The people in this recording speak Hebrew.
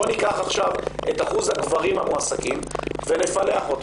בואו ניקח את אחוז הגברים המועסקים ונפלח אותו,